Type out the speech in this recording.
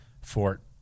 Fort